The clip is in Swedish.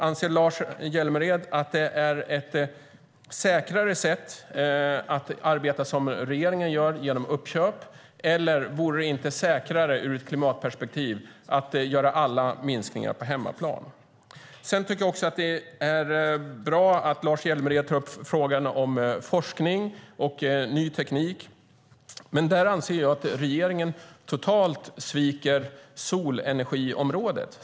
Anser Lars Hjälmered att det är ett säkrare sätt att arbeta, som regeringen gör, genom uppköp? Vore det inte säkrare ur klimatperspektiv att göra alla minskningar på hemmaplan? Det är bra att Lars Hjälmered tar upp frågan om forskning och ny teknik, men där anser jag att regeringen totalt sviker på solenergiområdet.